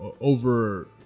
over